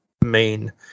main